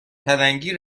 پلنگی